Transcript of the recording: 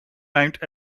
mount